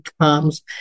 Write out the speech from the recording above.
comes